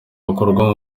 bakurwa